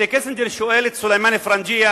הנרי קיסינג'ר שואל את סולימאן א-פרנג'יה